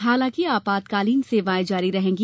हालांकि आपातकालीन सेवाएं जारी रहेंगी